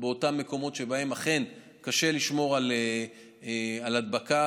באותם מקומות שבהם אכן קשה לשמור על מניעת הדבקה,